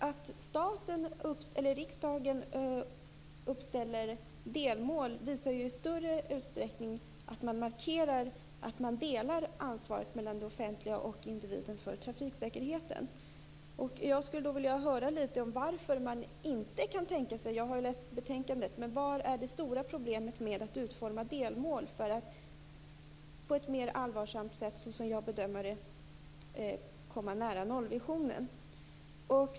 Att riksdagen uppställer delmål visar att man markerar att man delar ansvaret mellan det offentliga och individen när det gäller trafiksäkerheten. Jag skulle vilja höra litet mer om detta. Jag har läst betänkandet. Men vad är det stora problemet med att utforma delmål för att på ett mer allvarsamt sätt komma nära nollvisionen?